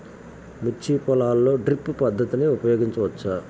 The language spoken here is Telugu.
మిర్చి పొలంలో డ్రిప్ పద్ధతిని ఉపయోగించవచ్చా?